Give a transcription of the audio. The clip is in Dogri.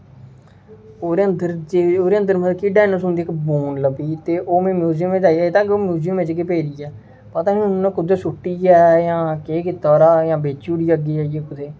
ओह्दे अंदर जे ओह्दे अंदर मतलब कि डायनासोर दी इक बोन लब्भी ही ते ओह् में म्यूजियम बिच च जाइयै दित्ता अजें तक म्यूजियम बिच गै पेदी ऐ पता नेईं हून उ'नें ओह् कुद्धर सुट्टी ऐ जां केह् कीता ओह्दा जां बेची ओड़ी अग्गें जाइयै कुसै गी